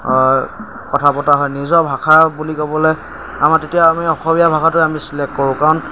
কথা পতা হয় নিজৰ ভাষা বুলি ক'বলৈ আমাৰ তেতিয়া আমি অসমীয়া ভাষাটোৱে আমি চিলেক্ট কৰোঁ কাৰণ